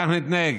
כך נתנהג,